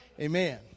Amen